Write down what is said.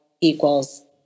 equals